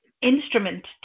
instrument